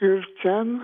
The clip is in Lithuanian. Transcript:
ir ten